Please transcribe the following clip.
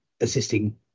assisting